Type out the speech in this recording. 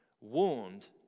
warned